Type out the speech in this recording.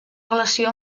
relació